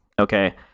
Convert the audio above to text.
okay